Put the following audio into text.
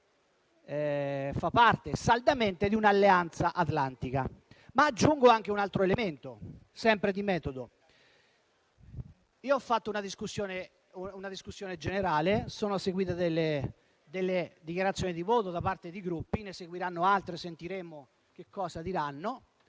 fa parte saldamente di un'Alleanza atlantica. Aggiungo anche un altro elemento, sempre di metodo. Sono intervenuto in discussione generale e sono seguite delle dichiarazioni di voto da parte dei Gruppi - ne seguiranno altre e sarà interessante